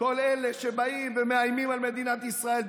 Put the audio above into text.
כל אלה שבאים ומאיימים על מדינת ישראל.